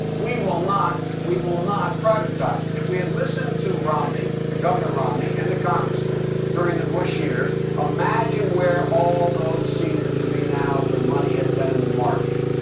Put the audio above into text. we will not we will not privatize it. if we had listened to romney, to ah governor romney and the congressman during the bush years, imagine where all those seniors would be now if their money had been in the market.